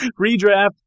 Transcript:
Redraft